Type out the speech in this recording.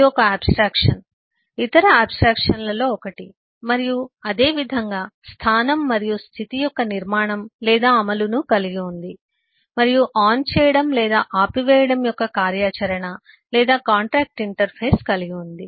ఇది ఒక ఆబ్స్ట్రాక్షన్ ఇతర ఆబ్స్ట్రాక్షన్లలో ఒకటి మరియు ఇది అదేవిధంగా స్థానం మరియు స్థితి యొక్క నిర్మాణం లేదా అమలును కలిగి ఉంది మరియు ఆన్ చేయడం లేదా ఆపివేయడం యొక్క కార్యాచరణ లేదా కాంట్రాక్టు ఇంటర్ఫేస్ కలిగి ఉంది